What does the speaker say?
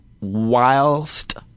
whilst